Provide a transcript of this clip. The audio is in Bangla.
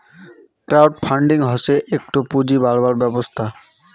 ক্রউড ফান্ডিং হসে একটো পুঁজি বাড়াবার ব্যবস্থা